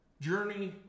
journey